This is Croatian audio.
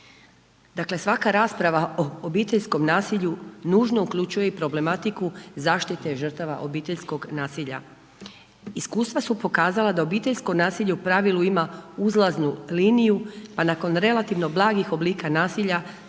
Dakle, svaka rasprava o obiteljskom nasilju nužno uključuje i problematiku zaštite žrtava obiteljskog nasilja. Iskustva su pokazala da obiteljsko nasilje u pravilu ima uzlaznu liniju, pa nakon relativno blagih oblika nasilja